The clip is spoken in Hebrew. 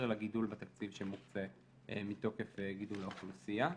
לגידול בתקציב שמוקצה מתוקף גידול האוכלוסייה.